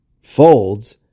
folds